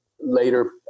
later